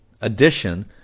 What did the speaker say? Addition